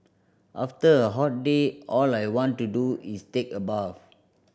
after a hot day all I want to do is take a bath